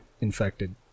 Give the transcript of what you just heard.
infected